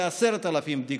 ל-10,000 בדיקות.